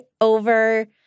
over